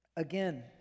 Again